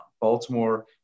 Baltimore